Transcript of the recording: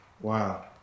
wow